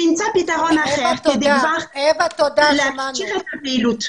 שימצא פתרון אחר כדי להמשיך את הפעילות.